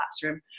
classroom